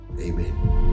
Amen